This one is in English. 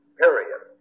period